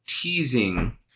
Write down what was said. teasing